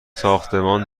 ساختمان